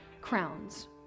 crowns